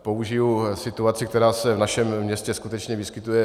Použiji situaci, která se v našem městě skutečně vyskytuje.